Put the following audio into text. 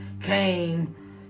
came